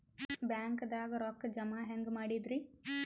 ಬ್ಯಾಂಕ್ದಾಗ ರೊಕ್ಕ ಜಮ ಹೆಂಗ್ ಮಾಡದ್ರಿ?